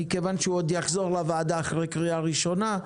מכיוון שהוא עוד יחזור לוועדה אחרי קריאה ראשונה,